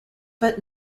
but